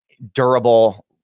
Durable